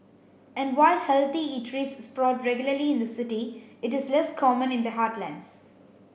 and while healthy eateries sprout regularly in the city it is less common in the heartlands